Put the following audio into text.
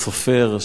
הסופר,